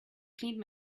cleaned